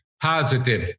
positive